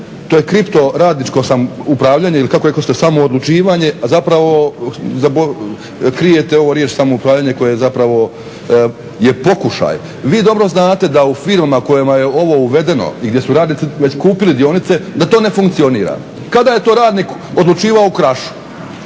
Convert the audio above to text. to je kripto radničko upravljanje ili kako rekoste samoodlučivanje, a zapravo krijete ovu riječ samoupravljanje koje je zapravo je pokušaj. Vi dobro znate da u firmama u kojima je ovo uvedeno i gdje su radnici već kupili dionice da to ne funkcionira. Kada je to radnik odlučivao u "Krašu"?